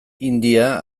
hindia